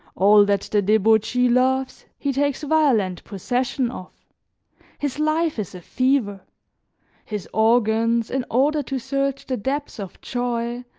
all that the debauchee loves, he takes violent possession of his life is a fever his organs, in order to search the depths of joy,